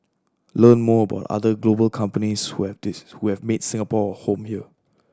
learn more about other global companies who have this who have made Singapore home here